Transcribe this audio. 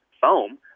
foam